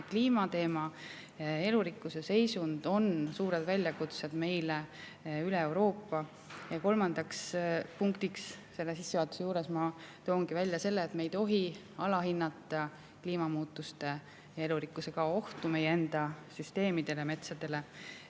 Kliimateema ja elurikkuse seisund on suured väljakutsed üle Euroopa. Kolmanda punktina sissejuhatuse juures ma toongi välja, et me ei tohi alahinnata kliimamuutuste ja elurikkuse kao ohtu meie enda süsteemidele, metsadele